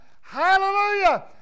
Hallelujah